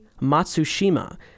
matsushima